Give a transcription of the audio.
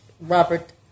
Robert